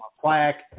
plaque